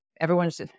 everyone's